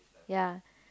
ya